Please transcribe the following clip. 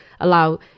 allow